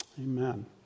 Amen